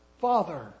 Father